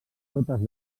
totes